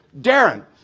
Darren